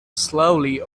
slowly